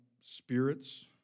spirits